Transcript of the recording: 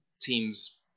Teams